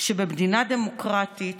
שבמדינה דמוקרטית